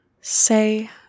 say